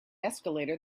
escalator